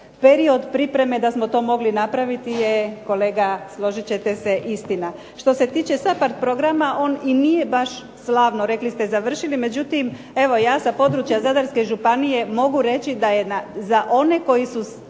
period pripreme da smo to mogli napraviti je kolega složit ćete se istina. Što se tiče SAPHARD programa on i nije baš slavno rekli ste završili, međutim evo ja sa područja Zadarske županije mogu reći da je za one koji su